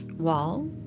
Wall